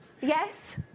Yes